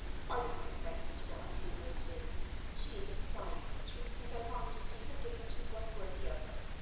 pardon my frankness for octavia's sake she is a fine creature, and i long to see her given to one worthy of her.